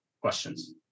questions